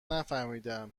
نفهمیدم